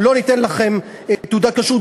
לא ניתן לכם תעודת כשרות.